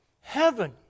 Heaven